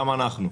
וגם אנחנו.